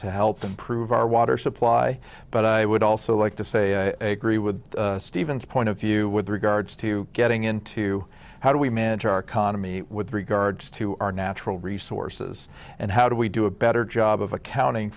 to help improve our water supply but i would also like to say with stephen's point of view with regards to getting into how do we manage our economy with regards to our natural resources and how do we do a better job of accounting